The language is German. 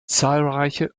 zahlreiche